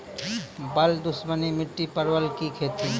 बल दुश्मनी मिट्टी परवल की खेती?